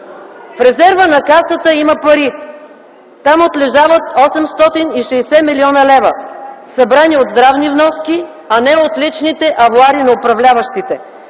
В резерва на Касата има пари. Там отлежават 860 млн. лв., събрани от здравни вноски, а не от личните авоари на управляващите.